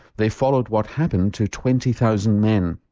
they followed what happened to twenty thousand men.